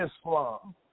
Islam